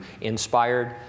inspired